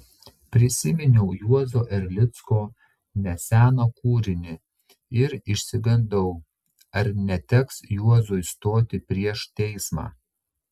prisiminiau juozo erlicko neseną kūrinį ir išsigandau ar neteks juozui stoti prieš teismą